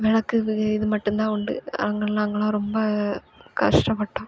விளக்கு வெ இது மட்டுந்தான் உண்டு அங்கே நாங்களாம் ரொம்ப கஷ்டபட்டோம்